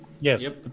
Yes